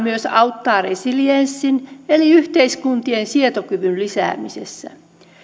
myös auttaa resilienssin eli yhteiskuntien sietokyvyn lisäämisessä